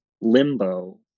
limbo